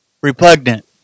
repugnant